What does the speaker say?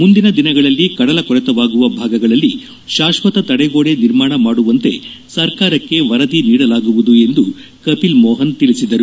ಮುಂದಿನ ದಿನಗಳಲ್ಲಿ ಕಡಲ ಕೊರೆತವಾಗುವ ಭಾಗಗಳಲ್ಲಿ ಶಾಶ್ವತ ತಡೆಗೋಡೆ ನಿರ್ಮಾಣ ಮಾಡುವಂತೆ ಸರ್ಕಾರಕ್ಷೆ ವರದಿ ನೀಡಲಾಗುವುದು ಎಂದು ಕಪಿಲ್ ಮೋಹನ್ ತಿಳಿಸಿದರು